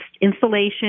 installation